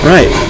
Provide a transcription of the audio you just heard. Right